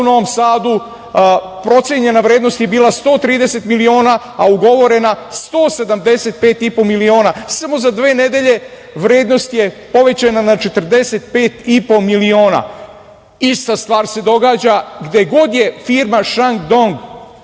u Novom Sadu, procenjena vrednost je bila 130 miliona, a ugovorena 175,5 miliona samo za dve nedelje vrednost je povećana na 45,5 miliona. Ista stvar se događa gde god je firma Šandong